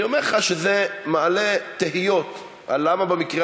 אני אומר לך שזה מעלה תהיות למה במקרה